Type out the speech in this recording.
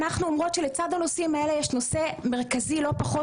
לצד הנושאים האלה יש נושא מרכזי לא פחות,